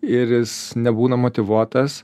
ir jis nebūna motyvuotas